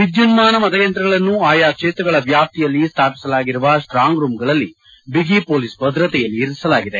ವಿದ್ಯುನ್ಮಾನ ಮತ ಯಂತ್ರಗಳನ್ನು ಆಯಾ ಕ್ಷೇತ್ರಗಳ ವ್ಯಾಪ್ತಿಯಲ್ಲಿ ಸ್ಥಾಪಿಸಲಾಗಿರುವ ಸ್ಟ್ರಾಂಗ್ ರೂಂಗಳಲ್ಲಿ ಬಿಗಿ ಪೊಲೀಸ್ ಭದ್ರತೆಯಲ್ಲಿ ಇರಿಸಲಾಗಿದೆ